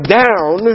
down